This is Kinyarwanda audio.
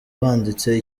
banditse